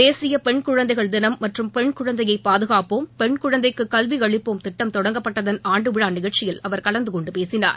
தேசிய பெண் குழந்தைகள் தினம் மற்றும் பெண் குழந்தையை பாதுகாப்போம் பெண் குழந்தைக்கு கல்வி அளிப்போம் திட்டம் தொடங்கப்பட்டதன் ஆண்டு விழா நிகழ்ச்சியில் அவர் கலந்து கொண்டு பேசினார்